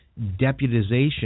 deputization